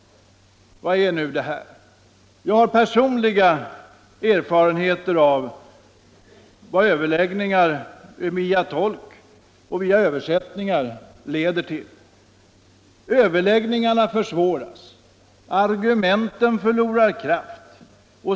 Vad är nu detta? Jag har personliga erfarenheter av vad överläggningar via tolk och översättningar leder till. Överläggningarna försvåras och argumenten förlorar kraft.